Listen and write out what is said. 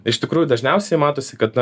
iš tikrųjų dažniausiai matosi kad na